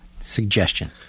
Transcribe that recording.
suggestion